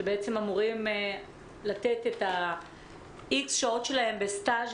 שבעצם אמורים לתת את x השעות שלהם בסטאז',